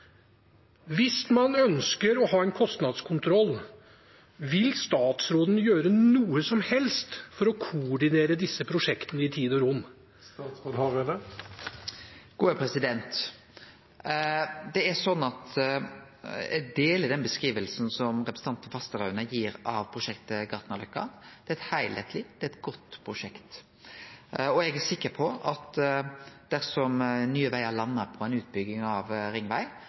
Hvis man ønsker å ha en kostnadskontroll, vil statsråden gjøre noe som helst for å koordinere disse prosjektene i tid og rom? Eg deler den beskrivinga som representanten Fasteraune gir av prosjektet Gartnerløkka. Det er eit heilskapleg og godt prosjekt, og eg er sikker på at dersom Nye Vegar landar på utbygging av